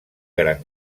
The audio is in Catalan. gran